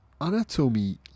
Anatomy